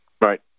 Right